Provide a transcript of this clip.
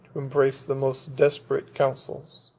embrace the most desperate counsels.